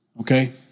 okay